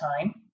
time